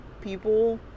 people